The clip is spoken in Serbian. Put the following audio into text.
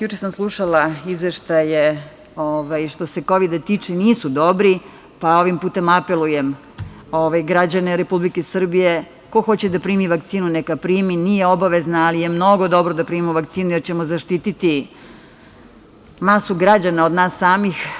Juče sam slušala izveštaje što se kovida tiče, nisu dobri, pa ovim putem apelujem na građane Republike Srbije, ko hoće da primi vakcinu, neka primi, nije obavezna, ali je mnogo dobro da primimo vakcinu, jer ćemo zaštiti masu građana od nas samih.